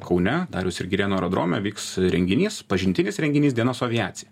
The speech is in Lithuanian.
kaune dariaus ir girėno aerodrome vyks renginys pažintinis renginys diena su aviacija